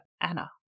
Anna